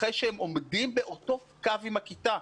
אחרי שהם עומדים באותו קו עם הכיתה.